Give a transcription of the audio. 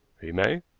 he may,